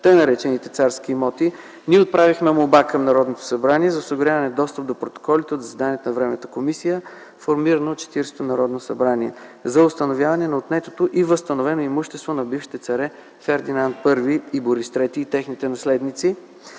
така наречените царски имоти, ние отправихме молба към Народното събрание за осигуряване на достъп до протоколите от заседанията на Временната комисия, формирана от Четиридесетото Народно събрание за установяване на отнетото и възстановено имущество на бившите царе Фердинанд І и Борис ІІІ и техните наследници,